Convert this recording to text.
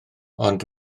ond